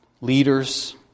leaders